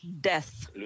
death